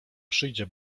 przyjdzie